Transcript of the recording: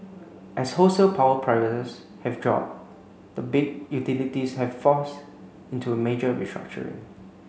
as wholesale power prices have dropped the big utilities have forced into major restructuring